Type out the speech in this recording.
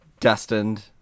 destined